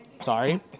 sorry